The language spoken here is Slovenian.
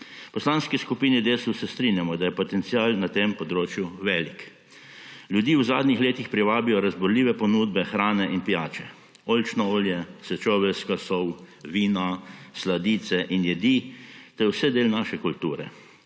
Poslanski skupini Desus se strinjamo, da je potencial na tem področju velik. Ljudi v zadnjih letih privabijo razburljive ponudbe hrane in pijače. Oljčno olje, sečoveljska sol, vina, sladice in jedi, to je vse del naše kulture